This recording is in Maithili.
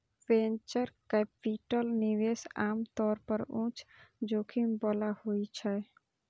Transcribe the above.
वेंचर कैपिटल निवेश आम तौर पर उच्च जोखिम बला होइ छै